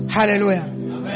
Hallelujah